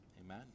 Amen